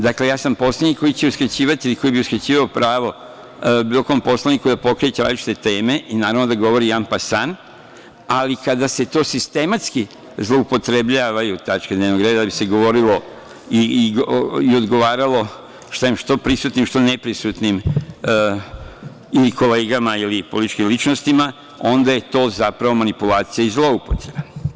Dakle, ja sam poslednji koji će uskraćivati ili koji bi uskraćivao pravo bilo kom poslaniku da pokreće različite teme i, naravno, da govori an pasan, ali kada se to sistematski zloupotrebljavaju tačke dnevnog reda da bi se govorilo i odgovaralo, što prisutnim, što neprisutnim ili kolegama ili političkim ličnostima, onda je to zapravo manipulacija i zloupotreba.